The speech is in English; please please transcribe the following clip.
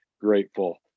grateful